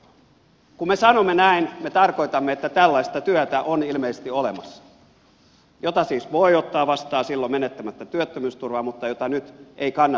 kun me sanomme näin me tarkoitamme että tällaista työtä on ilmeisesti olemassa jota siis voi ottaa vastaan silloin menettämättä työttömyysturvaa mutta jota nyt ei kannata ottaa vastaan